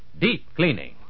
Deep-cleaning